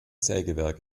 sägewerk